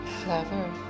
Clever